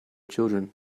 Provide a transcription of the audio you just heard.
children